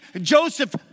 Joseph